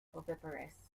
oviparous